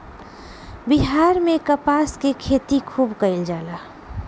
बिहार में कपास के खेती खुब कइल जाला